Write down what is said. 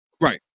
Right